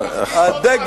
לא, לא,